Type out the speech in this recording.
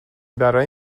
برای